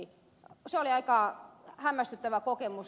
se oli aika hämmästyttävä kokemus